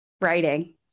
Writing